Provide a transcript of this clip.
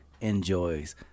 enjoys